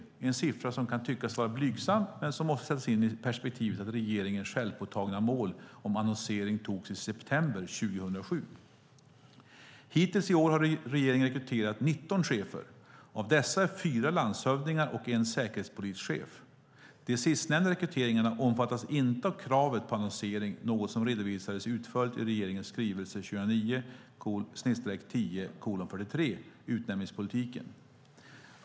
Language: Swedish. Det är en siffra som kan tyckas vara blygsam men som måste sättas in i perspektivet att regeringens självpåtagna mål om annonsering togs i september 2007. Hittills i år har regeringen rekryterat 19 chefer. Av dessa är fyra landshövdingar och en säkerhetspolischef. De sistnämnda rekryteringarna omfattas inte av kravet på annonsering - något som redovisades utförligt i regeringens skrivelse 2009/10:43 Utnämningspolitiken .